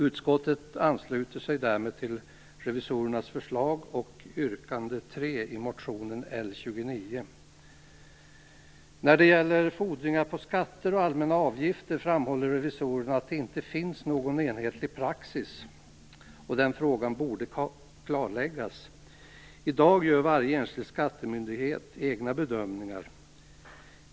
Utskottet ansluter sig därmed till revisorernas förslag och yrkande 3 i motion L29. När det gäller fordringar på skatter och allmänna avgifter framhåller revisorerna att det inte finns någon enhetlig praxis. Den frågan borde klarläggas. I dag gör varje enskild skattemyndighet egna bedömningar.